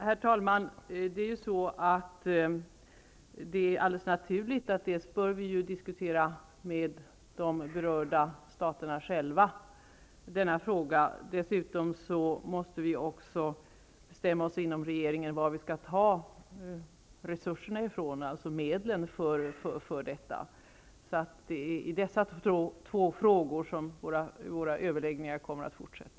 Herr talman! Det är alldeles naturligt att vi bör diskutera denna fråga med de berörda staterna själva och att vi dessutom inom regeringen måste bestämma oss för varifrån vi skall ta resurserna, dvs. medlen för detta. Det är således i dessa två frågor som våra överläggningar kommer att fortsätta.